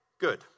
good